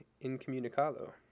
incommunicado